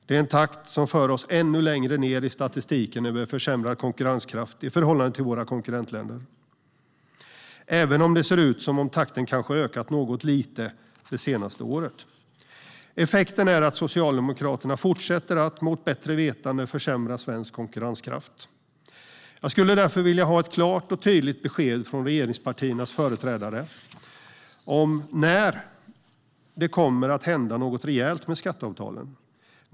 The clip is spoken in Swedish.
Det är en takt som för oss ännu längre ned i statistiken över försämrad konkurrenskraft i förhållande till våra konkurrentländer, även om det ser ut som att takten kanske ökat något lite under det senaste året. Effekten är att Socialdemokraterna fortsätter att, mot bättre vetande, försämra svensk konkurrenskraft. Jag skulle därför vilja ha ett klart och tydligt besked från regeringspartiernas företrädare om när det kommer att hända något rejält med skatteavtalen.